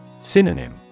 Synonym